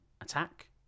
attack